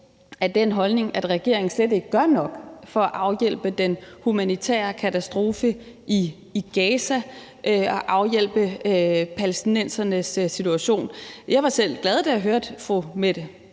af den holdning, at regeringen slet ikke gør nok for at afhjælpe den humanitære katastrofe i Gaza og afhjælpe palæstinensernes situation. Jeg blev selv glad, da jeg hørte fru Mette